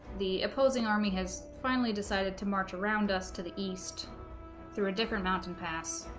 the opposing army has finally decided to march around us to the east through a different mountain pass